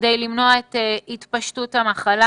כדי למנוע את התפשטות המחלה.